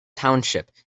township